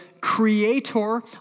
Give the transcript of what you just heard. creator